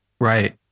Right